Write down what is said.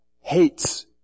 hates